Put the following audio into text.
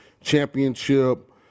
championship